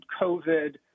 COVID